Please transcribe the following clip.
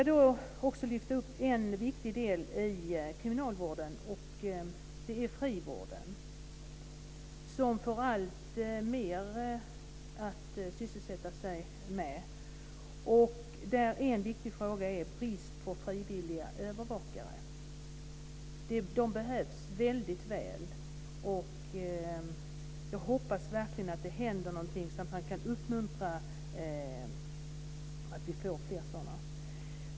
Jag vill vidare lyfta fram en annan viktig del i kriminalvården, nämligen frivården, som får alltmer att sysselsätta sig med. En stor fråga är bristen på frivilliga övervakare. Dessa behövs väldigt väl, och jag hoppas verkligen att det händer någonting som gör att vi kan få fler sådana.